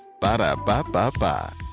Ba-da-ba-ba-ba